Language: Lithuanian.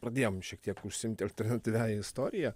pradėjom šiek tiek užsiimti alternatyviąja istorija